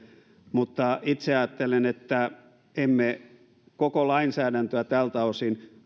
mutta itse ajattelen että emme voi perustaa koko lainsäädäntöä tältä osin